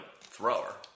thrower